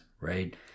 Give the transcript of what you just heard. right